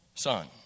Son